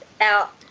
out